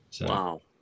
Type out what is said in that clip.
Wow